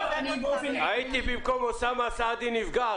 הייתי נפגע עכשיו במקום אוסאמה סעדי.